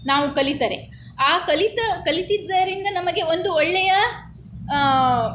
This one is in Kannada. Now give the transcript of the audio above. ನಾವು ಕಲಿತರೆ ಆ ಕಲಿತ ಕಲಿತ್ತಿದ್ದರಿಂದ ನಮಗೆ ಒಂದು ಒಳ್ಳೆಯ